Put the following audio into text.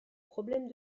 problème